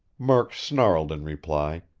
murk snarled in reply,